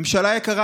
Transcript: ממשלה יקרה,